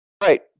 Right